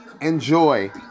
enjoy